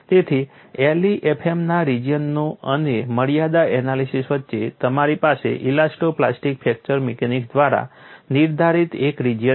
તેથી LEFM ના રિજિયનો અને મર્યાદા એનાલિસીસ વચ્ચે તમારી પાસે ઇલાસ્ટો પ્લાસ્ટિક ફ્રેક્ચર મિકેનિક્સ દ્વારા નિર્ધારિત એક રિજિયન છે